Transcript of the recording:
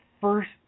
first